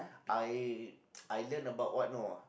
I I learn about what know